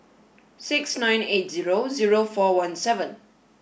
six nine eight zero zero four one seven